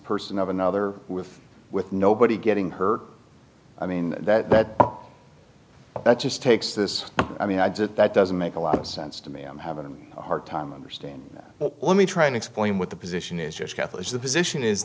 person of another with with nobody getting hurt i mean that that just takes this i mean i did that doesn't make a lot of sense to me i'm having a hard time understanding that but let me try and explain what the position is just catholic's the position is